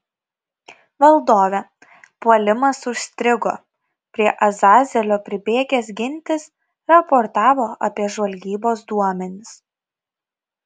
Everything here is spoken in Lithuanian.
valdove puolimas užstrigo prie azazelio pribėgęs gintis raportavo apie žvalgybos duomenis